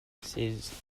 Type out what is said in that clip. ces